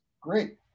Great